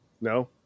No